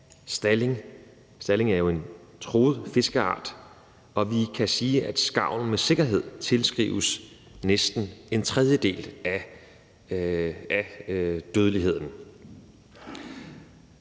stalling er jo en truet fiskeart – og vi kan sige, at skarven med sikkerhed tilskrives næsten en tredjedel af dødeligheden.